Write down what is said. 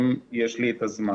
אם יש לי את הזמן.